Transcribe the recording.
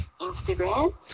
Instagram